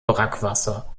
brackwasser